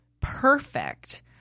perfect